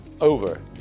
over